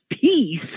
Peace